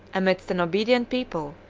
amidst an obedient people,